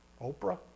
Oprah